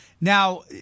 now